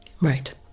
Right